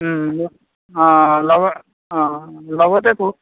অঁ লগ অঁ লগতেতো